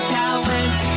talent